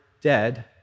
dead